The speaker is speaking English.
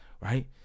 right